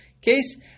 case